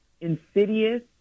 insidious